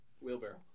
Wheelbarrow